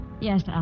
Yes